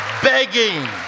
Begging